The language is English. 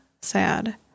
sad